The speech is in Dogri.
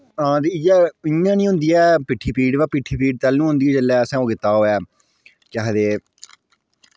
हां ते इ'यै इ'यां निं होंदी ऐ पिट्ठी पीड़ व पिट्ठी पीड़ तैल्लू होंदी जेल्लै असें ओह् कीता होऐ केह् आखदे